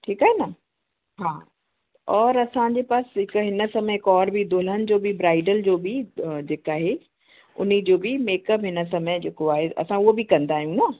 ठीकु आहे न हा और असांजे पास हिकु हिन समय हिक और ॿी दुल्हन जो बि ब्राइडल जो बि जेका आहे उन्हीअ जो बि मेकअप हिन समय जेको आहे असां उहो बि कंदा आहियूं न